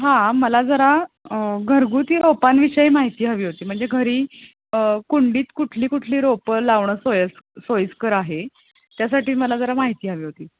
हां मला जरा घरगुती रोपांविषयी माहिती हवी होती म्हणजे घरी कुंडीत कुठली कुठली रोपं लावणं सोयस् सोयीस्कर आहे त्यासाठी मला जरा माहिती हवी होती